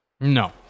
No